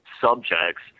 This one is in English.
subjects